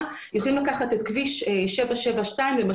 למעשה אנחנו אומרים שבקוסמטיקה קלה יכולים לקח את כביש 772 למשל,